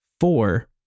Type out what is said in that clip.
four